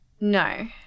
No